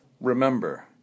Remember